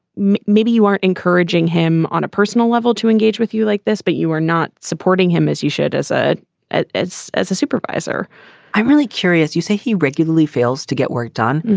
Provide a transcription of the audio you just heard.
maybe you aren't encouraging him on a personal level to engage with you like this, but you are not supporting him as you should as ah a as as a supervisor i'm really curious. you say he regularly fails to get work done.